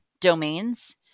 domains